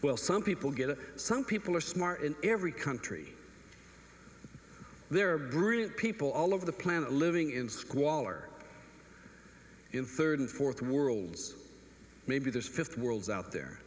well some people get it some people are smart in every country there are brilliant people all over the planet living in squalor in third and fourth worlds maybe there's fifty worlds out there